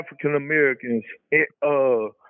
African-Americans